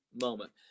moment